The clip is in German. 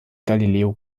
galileo